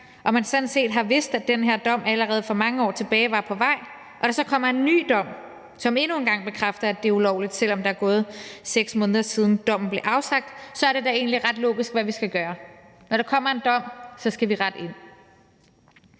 og man sådan set har vidst, at den her dom allerede for mange år tilbage var på vej, og der så kommer en ny dom, som endnu en gang bekræfter, at det er ulovligt, selv om der er gået 6 måneder, siden dommen blev afsagt, er det da egentlig ret logisk, hvad vi skal gøre. Når der kommer en dom, skal vi rette ind.